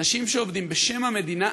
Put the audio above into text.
אנשים שעובדים בשם המדינה,